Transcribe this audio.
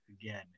again